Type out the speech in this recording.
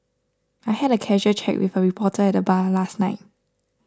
I had a casual chat with a reporter at the bar last night